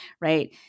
right